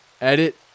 Edit